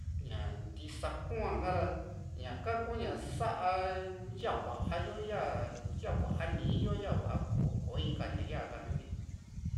ña ntisa kua´ra ñaka kuu ña sa´a ya´va yo ya ya va´a nii yo ya va´a kò´o kò´o inka ña yaka na katye ni